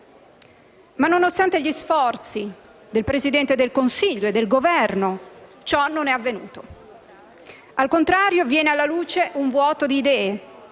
nonostante gli sforzi del Presidente del Consiglio e del Governo, ciò non è avvenuto. Al contrario viene alla luce un vuoto di idee